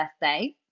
birthday